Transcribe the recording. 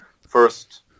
first